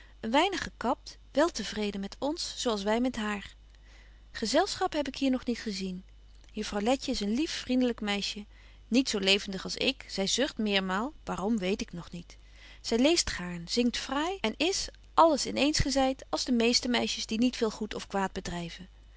weinig gekapt wel te vreden met ons zo als wy met haar gezelschappen heb ik hier nog niet gezien juffrouw letje is een lief vriendelyk meisje niet zo levendig als ik zy zucht meermaal waarom weet ik nog niet zy leest gaarn zingt fraai en is alles in eens gezeit als de meeste meisjes die niet veel goed of kwaad bedryven